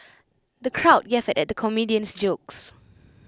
the crowd guffawed at the comedian's jokes